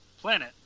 planet